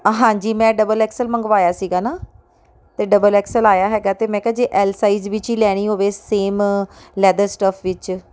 ਹਾਂਜੀ ਮੈਂ double X L ਮੰਗਵਾਇਆ ਸੀਗਾ ਨਾ ਅਤੇ ਡਬਲ ਐਕਸ ਲ ਆਇਆ ਹੈਗਾ ਅਤੇ ਮੈਂ ਕਿਹਾ ਜੇ ਐੱਲ ਸਾਈਜ ਵਿੱਚ ਹੀ ਲੈਣੀ ਹੋਵੇ ਸੇਮ ਲੈਦਰ ਸਟੱਫ਼ ਵਿੱਚ